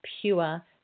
pure